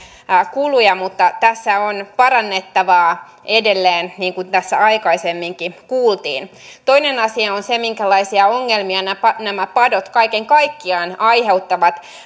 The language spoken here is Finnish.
kuluja mutta tässä on parannettavaa edelleen niin kuin tässä aikaisemminkin kuultiin toinen asia on se minkälaisia ongelmia nämä padot nämä padot kaiken kaikkiaan aiheuttavat